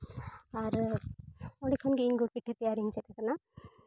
ᱟᱨ ᱚᱸᱰᱮ ᱠᱷᱚᱱᱜᱮ ᱤᱧ ᱜᱩᱲ ᱯᱤᱴᱷᱟᱹ ᱛᱮᱭᱟᱨᱤᱧ ᱪᱮᱫ ᱠᱟᱱᱟ